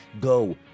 Go